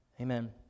Amen